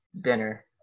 dinner